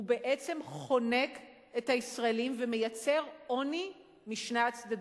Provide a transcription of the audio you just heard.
בעצם חונק את הישראלים ומייצר עוני משני הצדדים: